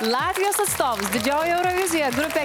latvijos atstovus didžiojoje eurovizijoje grupė